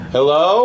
Hello